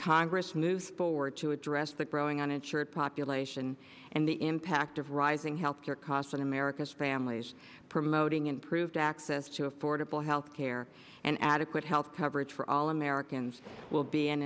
congress moves forward to address the growing uninsured population and the impact of rising health care costs on america's families promoting improved access to affordable health care and adequate health coverage for all americans will be an